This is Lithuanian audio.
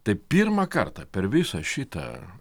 tai pirmą kartą per visą šitą